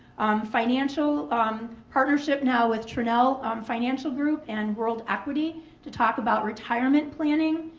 financial um partnership now with tranel um financial group and world equity to talk about retirement planning,